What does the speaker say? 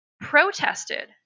protested